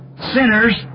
sinners